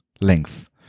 length